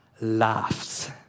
laughs